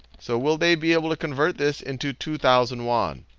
so will they be able to convert this into two thousand yuan?